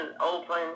open